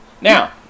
Now